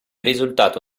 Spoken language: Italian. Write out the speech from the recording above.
risultato